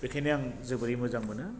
बेखायनो आं जोबोरै मोजां मोनो